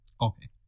Okay